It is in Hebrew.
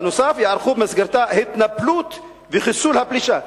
בנוסף, ייערכו במסגרתה 'התנפלות וחיסול הפלישה'".